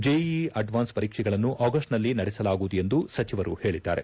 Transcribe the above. JEE advance ಪರೀಕ್ಷೆಗಳನ್ನು ಆಗಸ್ಟ್ನಲ್ಲಿ ನಡೆಸಲಾಗುವುದು ಎಂದು ಸಚಿವರು ಹೇಳಿದ್ದಾರೆ